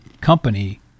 company